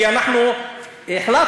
כי אנחנו מזמן,